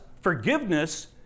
forgiveness